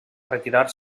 retirar